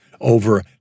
over